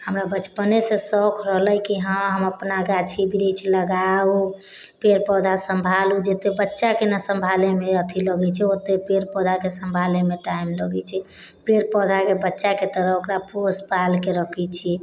हमरा बचपनेसँ शौख रहलै कि हाँ हम अपना गाछी वृक्ष लगाउ पेड़ पौधा सम्भालू जते बच्चाके नहि सम्हारैमे अथि लगै छै ओते पेड़ पौधाके सम्हारैमे टाइम लगै छै पेड़ पौधाके बच्चाके तरह ओकरा पोष पालके रखै छियै